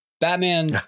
Batman